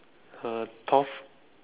her turf